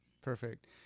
perfect